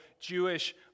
Jewish